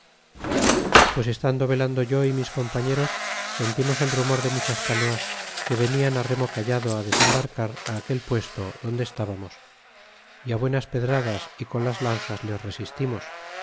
pues estando velando yo y mis compañeros sentimos el rumor de muchas canoas que venian remo callado desembarcar á aquel puesto donde estábamos y buenas pedradas y con las lanzas les r esistimos